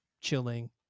chilling